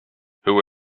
who